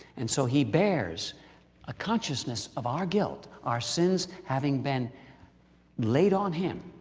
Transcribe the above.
and so, he bears a consciousness of our guilt, our sins having been laid on him.